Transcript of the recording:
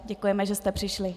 Děkujeme, že jste přišli.